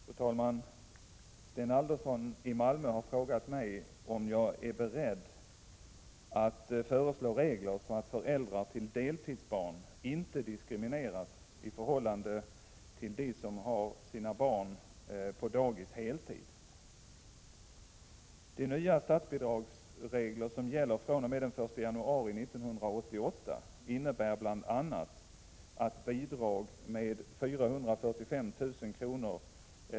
Fru talman! Sten Andersson i Malmö har frågat mig om jag är beredd att föreslå regler så att föräldrar till ”deltidsbarn” inte diskrimineras i förhållande till dem som har sina barn på dagis under heltid. De nya statsbidragsregler som gäller fr.o.m. den 1 januari 1988 innebär bl.a. att bidrag med 445 000 kr.